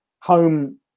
home